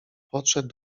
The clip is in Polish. podszedł